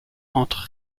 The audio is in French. entre